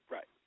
Right